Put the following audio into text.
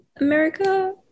America